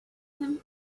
him